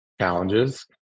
challenges